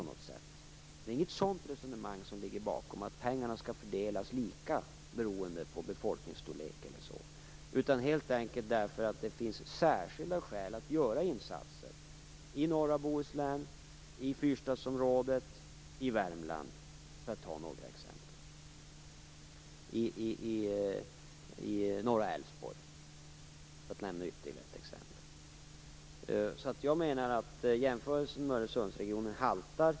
Det är inte något resonemang om att pengarna skall fördelas lika efter t.ex. befolkningsstorlek som ligger bakom. Det finns helt enkelt särskilda skäl för att göra insatser i norra Bohuslän, Fyrstadsområdet, Värmland och norra Älvsborg för att ta några exempel. Jämförelsen med Öresundsregionen haltar.